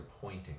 pointing